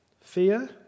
fear